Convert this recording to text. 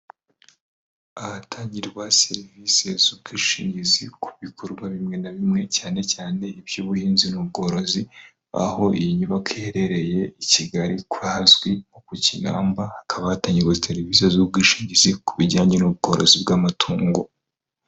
Ahatangirwa serivise z'ubwishingizi ku bikorwa bimwe na bimwe cyane cyane iby'ubuhinzi n'ubworozi, aho iyi nyubako iherereye i Kigali ku hazwi nko ku Kinamba, hakaba hatangirwa serivise z'ubwishingizi ku bijyanye n'ubworozi bw'amatungo.